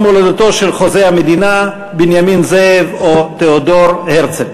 הולדתו של חוזה המדינה בנימין זאב או תיאודור הרצל,